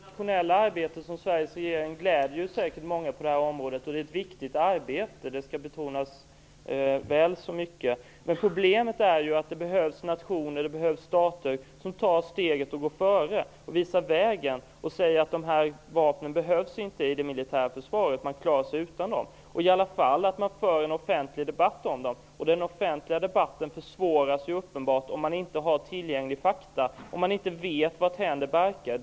Fru talman! Det internationella arbete som Sveriges regering gör gläder säkert många på detta område. Det är ett viktigt arbete. Det skall betonas väl så mycket. Problemet är att det behövs nationer, stater, som tar steget och går före och visa vägen, och säger att dessa vapen inte behövs i det militära försvaret, och att man klarar sig utan dem. Man måste i varje fall föra en offentlig debatt om dem. Den offentliga debatten försvåras uppenbart om vi inte har tillgängliga fakta och inte vet varthän det barkar.